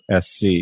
SC